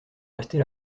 rester